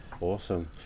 awesome